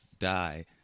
die